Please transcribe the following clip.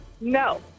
No